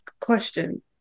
question